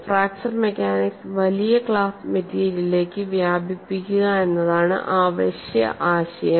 fracture mechanics വലിയ class മെറ്റീരിയലിലേക്ക് വ്യാപിപ്പിക്കുക എന്നതാണ് അവശ്യ ആശയം